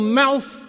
mouth